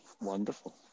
Wonderful